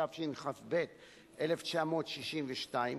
התשכ"ב 1962,